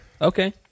Okay